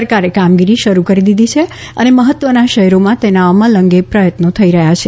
સરકારે કામગીરી શરૂ કરી દીધી છે અને મહત્વનાં શહેરોમાં તેના અમલ અંગે પ્રથત્નો થઇ રહ્યા છે